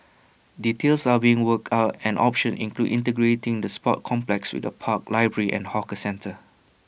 details are being worked out and options include integrating the sports complex with A park library and hawker centre